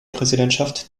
präsidentschaft